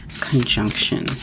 conjunction